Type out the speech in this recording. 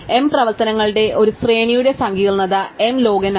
m പ്രവർത്തനങ്ങളുടെ ഒരു ശ്രേണിയുടെ സങ്കീർണ്ണത m ലോഗ് n ആണ്